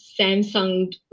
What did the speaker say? Samsung